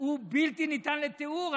הוא בלתי ניתן לתיאור.